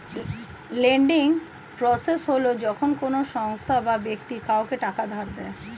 lending process হল যখন কোনো সংস্থা বা ব্যক্তি কাউকে টাকা ধার দেয়